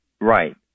Right